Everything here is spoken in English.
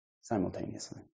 simultaneously